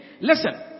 Listen